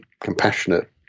compassionate